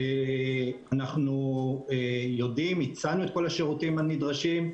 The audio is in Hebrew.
אנחנו יודעים, הצענו את כל השירותים הנדרשים.